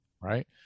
right